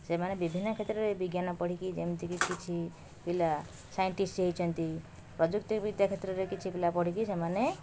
ସେମାନେ ବିଭିନ୍ନ କ୍ଷେତ୍ରରେ ବିଜ୍ଞାନ ପଢ଼ିକି ଯେମିତିକି କିଛି ପିଲା ସାଇଣ୍ଟିଷ୍ଟ ହେଇଛନ୍ତି ପ୍ରଯୁକ୍ତିବିଦ୍ୟା କ୍ଷେତ୍ରରେ କିଛି ପିଲା ପଢ଼ିକି ସେମାନେ